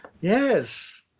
Yes